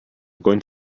going